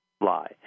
lie